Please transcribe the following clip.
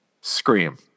Scream